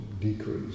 decrease